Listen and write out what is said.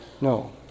No